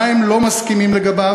מה הם לא מסכימים לגביו,